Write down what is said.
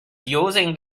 using